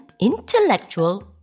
Intellectual